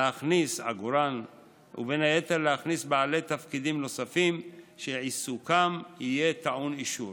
להכניס בעלי תפקידים נוספים שעיסוקם יהיה טעון אישור.